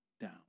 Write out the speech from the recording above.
down